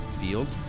field